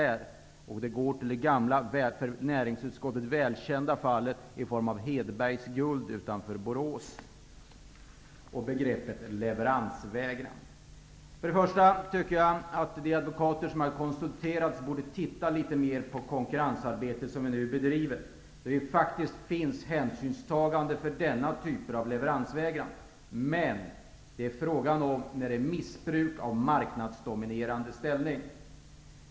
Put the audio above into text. Det går tillbaka till det för näringsutskottet gamla välkända fallet om Hedbergs Guld utanför Borås. Det gäller begreppet leveransvägran. De advokater som har konsulterats borde se litet närmare på det arbete som bedrivs i fråga om konkurrenslagstiftningen. Hänsyn tas till denna typ av leveransvägran. Vad det är fråga om är missbruk av marknadsdominerande ställning.